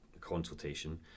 consultation